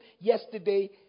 yesterday